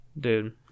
Dude